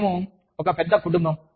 మేము ఒక పెద్ద కుటుంబం